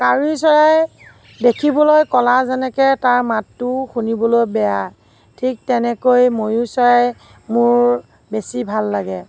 কাউৰী চৰাই দেখিবলৈ ক'লা যেনেকৈ তাৰ মাতটোও শুনিবলৈ বেয়া ঠিক তেনেকৈ ময়ূৰ চৰাই মোৰ বেছি ভাল লাগে